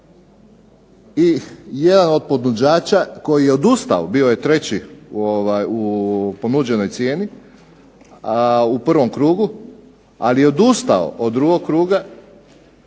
i jedan od ponuđača koji je odustao, bio je treći u ponuđenoj cijeni u prvom krugu, ali je odustao od drugog kruga,